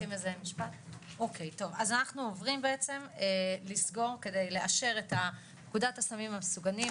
אז אנחנו עוברים בעצם לסגור כדי לאשר את פקודת הסמים המסוכנים,